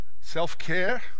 Self-care